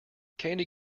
candy